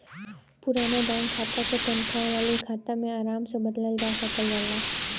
पुराना बैंक खाता क तनखा वाले खाता में आराम से बदलल जा सकल जाला